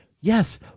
Yes